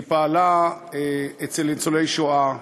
היא פעלה אצל ניצולי השואה,